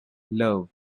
love